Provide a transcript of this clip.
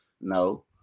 No